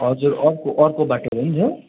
हजुर अर्को अर्को बाटो पनि छ